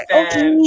okay